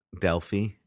Delphi